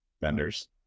vendors